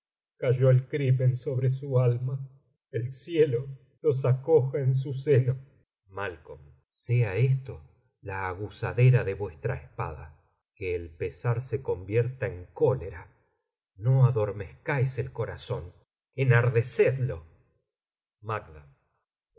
cayó el crimen sobre su alma el cielo los acoja en su seno malc sea esto la aguzadera de vuestra espada que el pesar se convierta en cólera no adormezcáis el corazón enardecedlo macd